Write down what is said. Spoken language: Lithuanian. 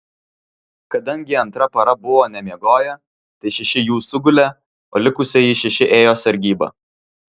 kadangi antra para buvo nemiegoję tai šeši jų sugulė o likusieji šeši ėjo sargybą